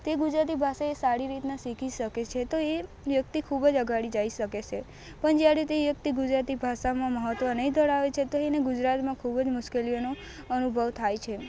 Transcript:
તે ગુજરાતી ભાષા એ સારી રીતના શીખી શકે છે તો એ વ્યક્તિ ખૂબ જ અગાડી જઈ શકે છે પણ જ્યારે તે વ્યક્તિ ગુજરાતી ભાષામાં મહત્વ નહીં ધરાવે છે તો એને ગુજરાતમાં ખૂબ મુશ્કેલીઓનો અનુભવ થાય છે